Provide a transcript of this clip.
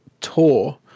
tour